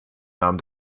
nahm